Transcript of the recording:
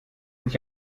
ich